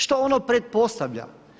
Što ono pretpostavlja?